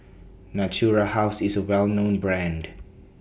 Natura House IS A Well known Brand